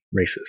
Racist